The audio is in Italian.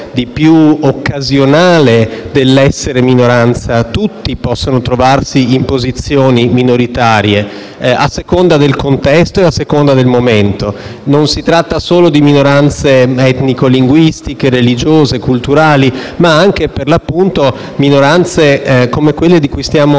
di più occasionale dell'essere minoranza: tutti possono trovarsi in posizioni minoritarie, a seconda del contesto e del momento. Non si tratta solo di minoranze etnico-linguistiche, religiose, culturali, ma anche, per l'appunto, di minoranze come quelle di cui stiamo